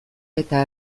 eta